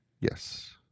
Yes